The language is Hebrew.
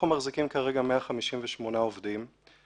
אתה